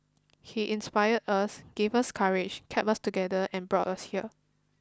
he inspired us gave us courage kept us together and brought us here